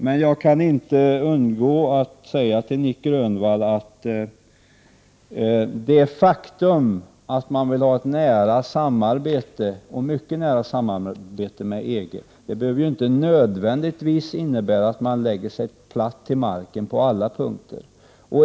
Jag kan emellertid inte undgå att säga till Nic Grönvall att det faktum att man vill ha ett mycket nära samarbete med EG inte nödvändigtvis behöver innebära att man lägger sig platt till marken på alla punkter.